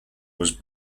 was